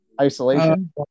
Isolation